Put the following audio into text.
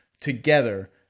together